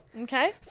Okay